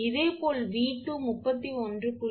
இதேபோல் 𝑉2 31